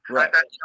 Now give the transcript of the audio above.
Right